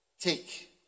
Take